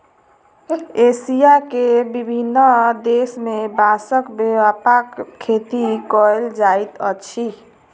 Asia के विभिन्न देश में बांसक व्यापक खेती कयल जाइत अछि